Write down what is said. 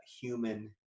human